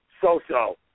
so-so